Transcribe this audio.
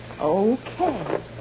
Okay